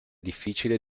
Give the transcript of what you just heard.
difficile